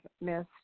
Miss